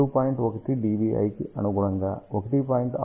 1 dBi కి అనుగుణంగా 1